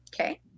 Okay